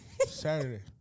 Saturday